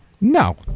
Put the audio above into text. No